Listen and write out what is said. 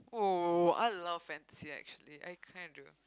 !whoa! I love fantasy actually I kinda do